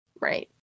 right